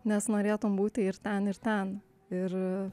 nes norėtum būti ir ten ir ten ir